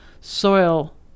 soil